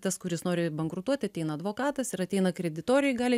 tas kuris nori bankrutuot ateina advokatas ir ateina kreditoriai gali